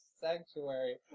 sanctuary